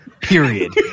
period